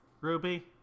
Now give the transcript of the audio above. Ruby